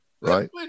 right